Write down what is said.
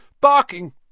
Barking